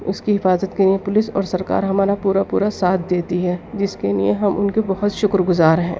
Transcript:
اس کی حفاظت کے لئے پولیس اور سرکار ہمارا پورا پورا ساتھ دیتی ہے جس کے لئے ہم ان کے بہت شکرگزار ہیں